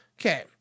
okay